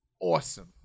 awesome